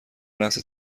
لحظه